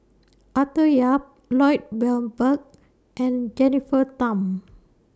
Arthur Yap Lloyd Valberg and Jennifer Tham